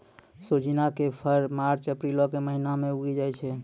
सोजिना के फर मार्च अप्रीलो के महिना मे उगि जाय छै